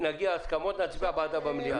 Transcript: נגיע להסכמות, נצביע בעדה במליאה.